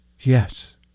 Yes